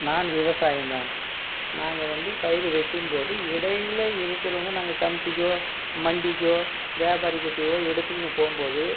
நான் விவசாயம் தான் நாங்கள் வந்து பயிர் வைக்கும் போது இடையில் இருக்கிறவங்க நாங்கள் கமிட்டிக்கோ மண்டிக்கோ வியாபாரிக்கிட்டேயோ எடுதுன்னு போகும் போது